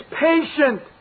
patient